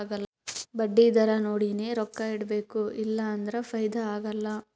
ಬಡ್ಡಿ ದರಾ ನೋಡಿನೆ ರೊಕ್ಕಾ ಇಡಬೇಕು ಇಲ್ಲಾ ಅಂದುರ್ ಫೈದಾ ಆಗಲ್ಲ